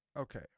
Okay